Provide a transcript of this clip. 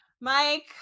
Mike